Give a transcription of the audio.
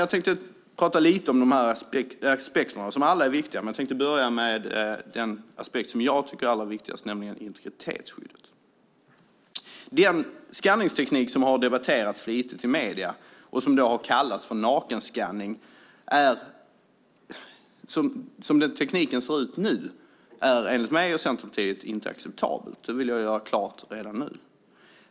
Jag tänkte prata lite om de här aspekterna, som alla är viktiga, och börja med den aspekt som jag tycker är allra viktigast, nämligen integritetsskyddet. Den skanningsteknik som flitigt debatterats i medierna och som har kallats för nakenskanning är, som tekniken ser ut i dag, enligt mig och Centerpartiet inte acceptabel. Det vill jag göra klart redan nu.